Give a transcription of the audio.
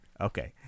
okay